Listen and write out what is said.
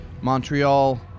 Montreal